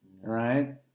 Right